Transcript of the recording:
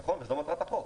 נכון, וזאת מטרת החוק.